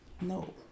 No